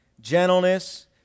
gentleness